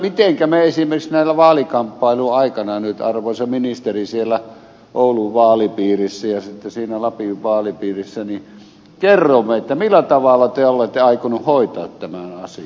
mitenkä me esimerkiksi vaalikamppailuaikana nyt arvoisa ministeri siellä oulun vaalipiirissä ja sitten siinä lapin vaalipiirissä kerromme millä tavalla te olette aikonut hoitaa tämän asian